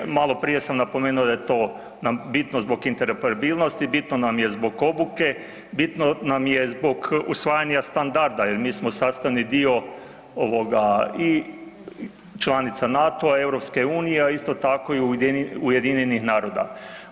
Jedan, maloprije sam napomenuo, da je to nam bitno zbog interoperabilnosti, bitno nam je zbog obuke, bitno nam je zbog usvajanja standarda jer mi smo sastavni dio ovoga i članica NATO-a i EU, a isto tako i UN-a.